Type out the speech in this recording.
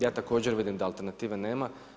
Ja također vidim da alternative nema.